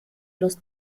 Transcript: los